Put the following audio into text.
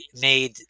made